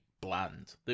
bland